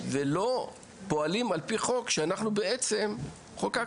כי לא יכול להיות שיש כסף והדברים לא מתבצעים בגלל חסמים.